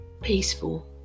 peaceful